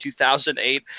2008